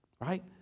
right